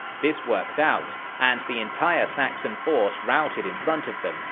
this worked out, and the entire saxon force routed in front of them,